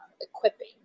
equipping